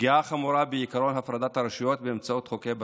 פגיעה חמורה בעקרון הפרדת הרשויות באמצעות חוקי בזק.